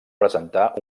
presentar